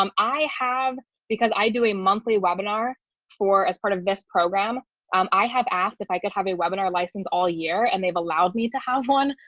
um i have because i do a monthly webinar for as part of this program. and um i have asked if i could have a webinar license all year and they've allowed me to have one.